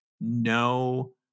No